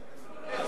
הוא לא מתכוון לרדת.